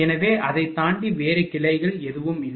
எனவே அதைத் தாண்டி வேறு கிளைகள் எதுவும் இல்லை